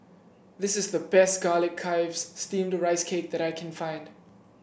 this is the best Garlic Chives Steamed Rice Cake that I can find